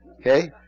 Okay